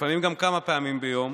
ולפעמים גם כמה פעמים ביום.